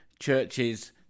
churches